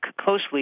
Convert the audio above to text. closely